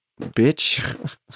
bitch